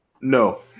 No